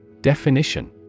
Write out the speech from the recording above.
Definition